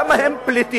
למה הם פליטים?